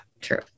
true